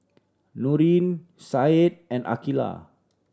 Nurin Said and Aqilah